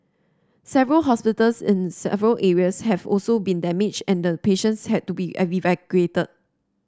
several hospitals in several areas have also been damaged and patients had to be evacuated